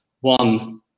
One